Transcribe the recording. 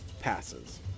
passes